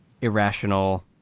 irrational